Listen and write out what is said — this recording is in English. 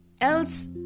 else